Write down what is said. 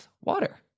water